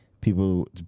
people